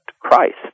Christ